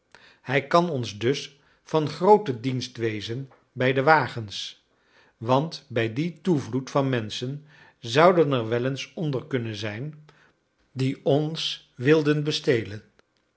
hij kan ons dus van grooten dienst wezen bij de wagens want bij dien toevloed van menschen zouden er wel eens onder kunnen zijn die ons wilden bestelen